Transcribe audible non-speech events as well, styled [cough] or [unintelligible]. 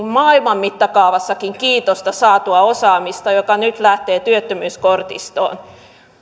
[unintelligible] maailman mittakaavassakin kiitosta saatua osaamista joka nyt lähtee työttömyyskortistoon